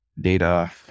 data